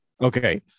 Okay